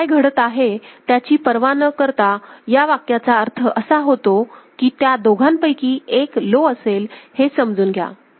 इथे काय घडत आहे त्याची पर्वा न करता या वाक्याचा अर्थ असा होतो की त्या दोघांपैकी एक लो असेल हे समजून घ्या